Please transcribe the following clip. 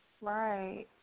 Right